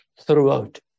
throughout